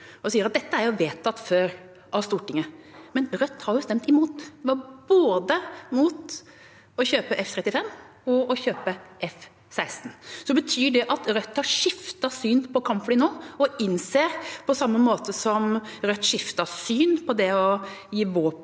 og sier at dette er tidligere vedtatt av Stortinget. Men Rødt har jo stemt imot. De var imot å kjøpe både F-35 og F-16. Betyr det at Rødt har skiftet syn på kampfly nå – på samme måte som Rødt skiftet syn på det å gi våpen